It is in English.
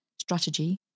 strategy